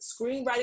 screenwriting